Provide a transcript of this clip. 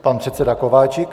Pan předseda Kováčik.